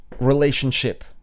relationship